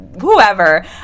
whoever